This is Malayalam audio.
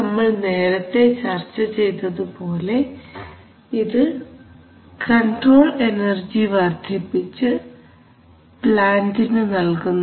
നമ്മൾ നേരത്തെ ചർച്ച ചെയ്തതുപോലെ ഇത് കൺട്രോൾ എനർജി വർദ്ധിപ്പിച്ചു പ്ലാന്റിന് നൽകുന്നു